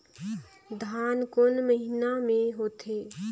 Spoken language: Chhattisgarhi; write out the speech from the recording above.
धान कोन महीना मे होथे?